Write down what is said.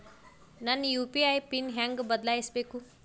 ನನ್ನ UPI PIN ಹೆಂಗ್ ಬದ್ಲಾಯಿಸ್ಬೇಕು?